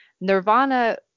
Nirvana